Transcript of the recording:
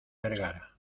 vergara